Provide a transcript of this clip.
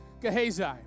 Gehazi